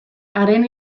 haren